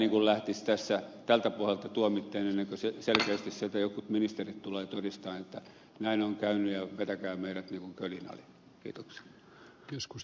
en vieläkään lähtisi tältä pohjalta tuomitsemaan ennen kuin selkeästi sieltä jotkut ministerit tulevat todistamaan että näin on käynyt ja vetäkää meidät niin kuin kölin ali